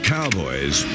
Cowboys